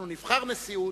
נבחר נשיאות,